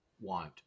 want